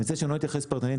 אני מציע שלא אתייחס פרטנית,